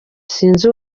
sinzi